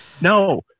No